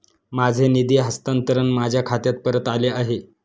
माझे निधी हस्तांतरण माझ्या खात्यात परत आले आहे